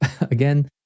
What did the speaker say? again